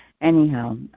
anyhow